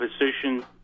position